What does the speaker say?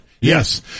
yes